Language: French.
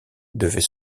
devait